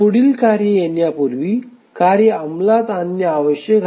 पुढील कार्य येण्यापूर्वी कार्य अंमलात आणणे आवश्यक आहे